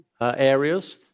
Areas